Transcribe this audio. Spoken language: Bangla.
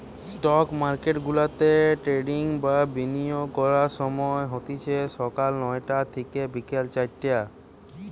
স্টক মার্কেটগুলাতে ট্রেডিং বা বিনিয়োগ করার সময় হতিছে সকাল নয়টা থিকে বিকেল চারটে